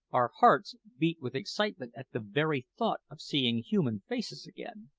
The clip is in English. our hearts beat with excitement at the very thought of seeing human faces again.